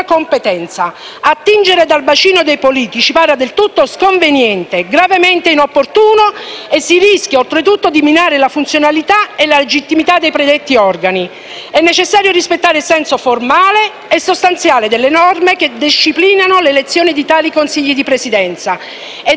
competenza. Attingere dal bacino dei politici pare del tutto sconveniente, gravemente inopportuno e si rischia, oltretutto, di minare la funzionalità e la legittimità dei predetti organi. È necessario rispettare il senso formale e sostanziale delle norme che disciplinano l'elezione di tali Consigli di Presidenza ed